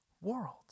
world